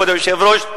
כבוד היושב-ראש,